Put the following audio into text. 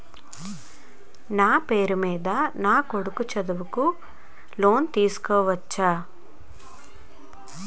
నా పేరు మీద నా కొడుకు చదువు కోసం నేను లోన్ తీసుకోవచ్చా?